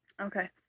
Okay